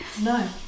no